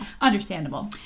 Understandable